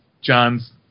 John's